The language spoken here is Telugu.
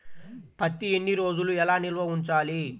పత్తి ఎన్ని రోజులు ఎలా నిల్వ ఉంచాలి?